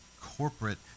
corporate